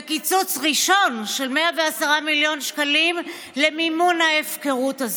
וקיצוץ ראשון של 110 מיליון שקלים למימון ההפקרות הזאת.